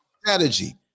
strategy